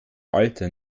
alter